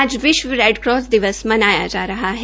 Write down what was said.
आज विश्व रेडक्रास दिवस मनाया जा रहा है